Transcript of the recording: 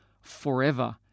forever